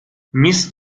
miss